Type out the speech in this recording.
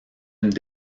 une